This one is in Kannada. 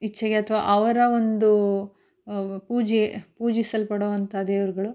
ಇಚ್ಛೆಗೆ ಅಥವಾ ಅವರ ಒಂದು ಪೂಜೆ ಪೂಜಿಸಲ್ಪಡುವಂಥ ದೇವ್ರ್ಗಳು